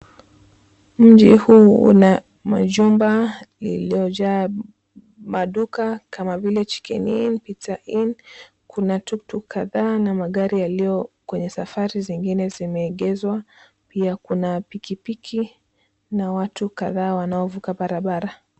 Mji huu una majumba iliyojaa maduka kama vile Chicken Inn, Pizza Inn. Kuna tuktuk kadhaa na magari yaliyo kwenye safari zingine zimeegezwa. Pia kuna pikipiki na watu kadhaa wanaovuka barabara.